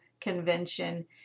Convention